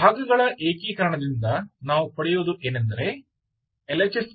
ಭಾಗಗಳ ಏಕೀಕರಣದಿಂದ ನಾವು ಪಡೆಯುವುದು ಏನೆಂದರೆ L